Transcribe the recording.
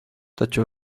taču